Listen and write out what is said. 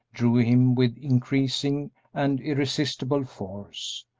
drew him with increasing and irresistible force.